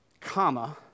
comma